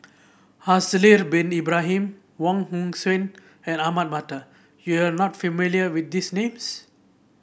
Haslir Bin Ibrahim Wong Hong Suen and Ahmad Mattar you are not familiar with these names